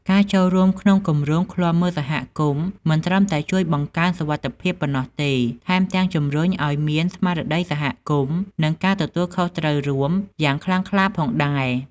ការចូលរួមក្នុងគម្រោងឃ្លាំមើលសហគមន៍មិនត្រឹមតែជួយបង្កើនសុវត្ថិភាពប៉ុណ្ណោះទេ ថែមទាំងជំរុញឲ្យមាន ស្មារតីសហគមន៍ និងការទទួលខុសត្រូវរួម យ៉ាងខ្លាំងក្លាផងដែរ។